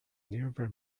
never